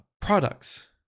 Products